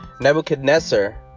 Nebuchadnezzar